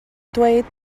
dweud